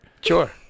Sure